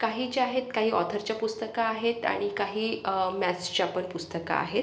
काही ज्या आहेत काही ऑथरच्या पुस्तका आहेत आणि काही मॅथ्सच्या पण पुस्तका आहेत